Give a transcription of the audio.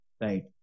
right